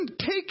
take